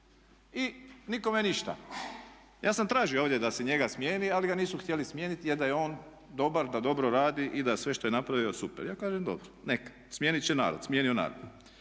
I nikome ništa. Ja sam tražio ovdje da se njega smijeni ali ga nisu htjeli smijeniti jer da je on dobar, da dobro radi i da sve što je napravio super je. Ja kažem dobro, neka, smijenit će narod, smijenio je narod.